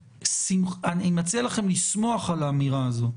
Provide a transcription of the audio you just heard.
אני מציע לכם לשמוח על האמירה הזאת,